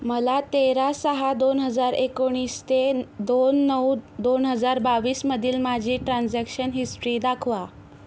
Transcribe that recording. मला तेरा सहा दोन हजार एकोणीस ते दोन नऊ दोन हजार बावीसमधील माझी ट्रान्झॅक्शन हिस्ट्री दाखवा